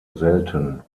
selten